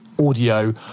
Audio